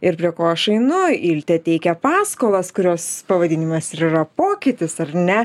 ir prie ko aš einu ilte teikia paskolas kurios pavadinimas ir yra pokytis ar ne